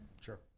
Sure